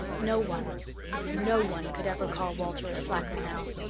no one no one could ever call walter a slacker now.